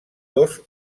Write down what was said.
dos